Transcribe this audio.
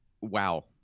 wow